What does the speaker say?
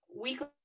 weekly